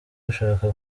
ushaka